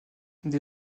des